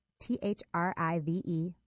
T-H-R-I-V-E